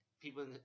People